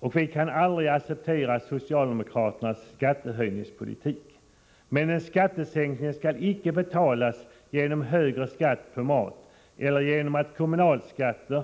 och vi kan aldrig acceptera — Nr 74 socialdemokraternas skattehöjningspolitik, men en skattesänkning skall icke Onsdagen den betalas genom högre skatt på mat eller genom högre kommunalskatter.